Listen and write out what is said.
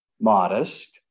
modest